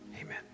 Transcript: amen